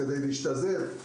כדי להשתזף,